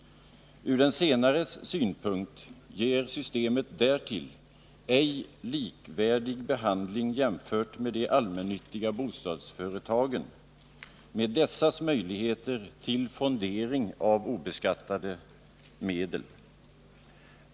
Ur de senares synpunkt ger systemet därtill ej likvärdig behandling Torsdagen den jämfört med de allmännyttiga bostadsföretagen med dessas möjligheter till 28 februari 1980 fondering av obeskattade medel.